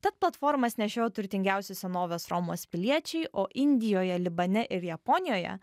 tad platformas nešiojo turtingiausi senovės romos piliečiai o indijoje libane ir japonijoje